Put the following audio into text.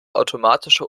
automatische